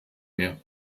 mehr